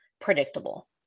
predictable